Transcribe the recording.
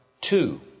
two